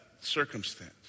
circumstance